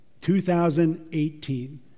2018